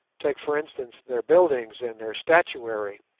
take for instance their buildings and their statuary.